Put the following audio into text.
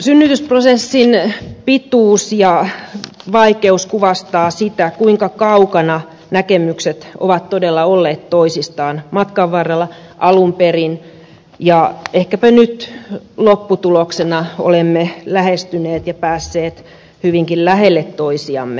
synnytysprosessin pituus ja vaikeus kuvastaa sitä kuinka kaukana näkemykset ovat todella olleet toisistaan matkan varrella alun perin ja ehkäpä nyt lopputuloksena olemme lähestyneet ja päässeet hyvinkin lähelle toisiamme